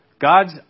God's